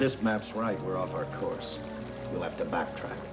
this maps right we're off our course we'll have to backtrack